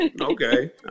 Okay